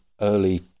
early